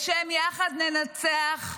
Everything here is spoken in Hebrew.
בשם "יחד ננצח"